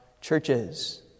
churches